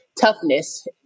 toughness